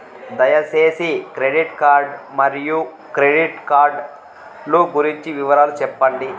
దయసేసి credit card మరియు credit card లు గురించి వివరాలు సెప్పండి?